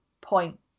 point